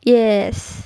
yes